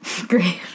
Great